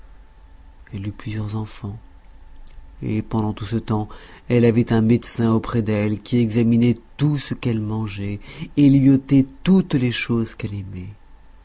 elle eut plusieurs enfants et pendant tout ce temps elle avait un médecin auprès d'elle qui examinait tout ce qu'elle mangeait et lui ôtait toutes les choses qu'elle aimait